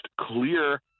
clear